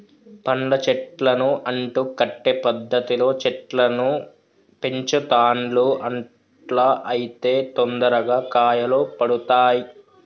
పండ్ల చెట్లను అంటు కట్టే పద్ధతిలో చెట్లను పెంచుతాండ్లు అట్లా అయితే తొందరగా కాయలు పడుతాయ్